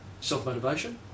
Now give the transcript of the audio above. self-motivation